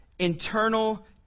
Internal